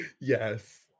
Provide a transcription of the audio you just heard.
Yes